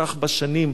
כך בשנים.